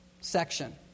section